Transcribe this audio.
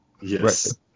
Yes